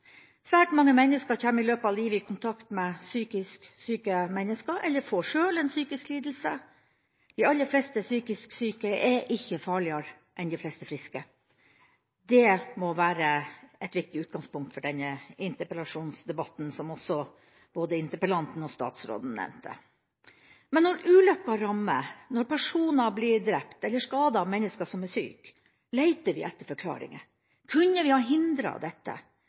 Svært mange mennesker kommer i løpet av livet i kontakt med psykisk syke mennesker eller får sjøl en psykisk lidelse. De aller fleste psykisk syke er ikke farligere enn de fleste friske. Det må være et viktig utgangspunkt for denne interpellasjonsdebatten, som både interpellanten og statsråden også nevnte. Men når ulykken rammer, når personer blir drept eller skadet av mennesker som er syke, leiter vi etter forklaringer: Kunne vi ha hindret dette?